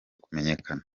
kumenyekana